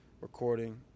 recording